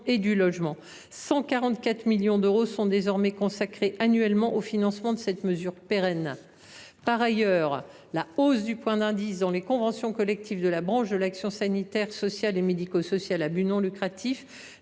et du logement. Quelque 144 millions d’euros sont désormais consacrés annuellement au financement de cette mesure pérenne. Ensuite, la hausse du point d’indice dans les conventions collectives de la branche de l’action sanitaire sociale et médico sociale à but non lucratif